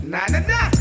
Na-na-na